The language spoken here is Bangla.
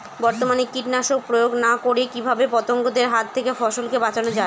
বর্তমানে কীটনাশক প্রয়োগ না করে কিভাবে পতঙ্গদের হাত থেকে ফসলকে বাঁচানো যায়?